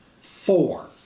four